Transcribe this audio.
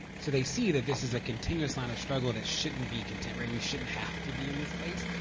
so they see that this is a continuous line of struggle that shouldn't be content, right? we shouldn't have to be in this place.